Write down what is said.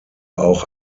auch